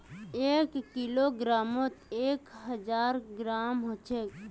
एक किलोग्रमोत एक हजार ग्राम होचे